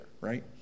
right